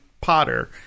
Potter